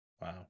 Wow